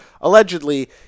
allegedly